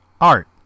Art